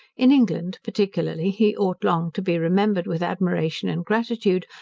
in england, particularly, he ought long to be remembered with admiration and gratitude,